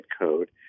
code